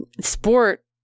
sport